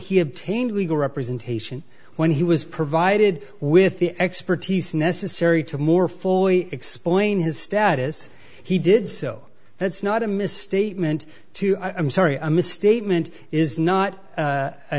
he obtained legal representation when he was provided with the expertise necessary to more fully explain his status he did so that's not a misstatement to i'm sorry a misstatement is not a